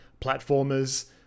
platformers